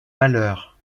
malheurs